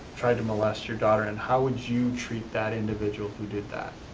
tried to molest your daughter, and how would you treat that individual who did that?